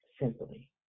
Simply